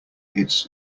its